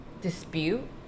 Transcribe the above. dispute